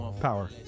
Power